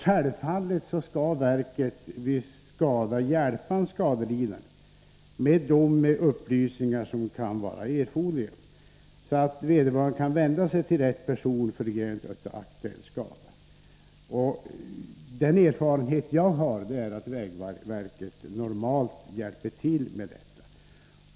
Självfallet skall verket vid skada hjälpa den skadelidande med de upplysningar som kan vara erforderliga för att vederbörande skall kunna vända sig till rätt person. Den erfarenhet jag har är att vägverket normalt hjälper till med detta.